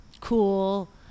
cool